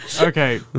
okay